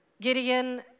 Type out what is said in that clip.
Gideon